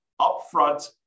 upfront